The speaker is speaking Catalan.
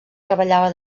treballava